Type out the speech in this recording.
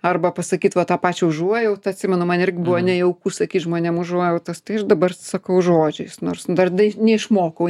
arba pasakyt va tą pačią užuojautą atsimenu man irgi buvo nejauku sakyt žmonėm užuojautos tai aš dabar sakau žodžiais nors dar neišmokau